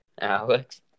Alex